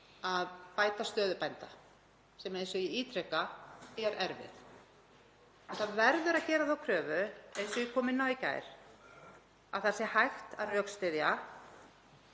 að bæta stöðu bænda sem, eins og ég ítreka, er erfið. En það verður að gera þá kröfu, eins og ég kom inn á í gær, að það sé hægt að rökstyðja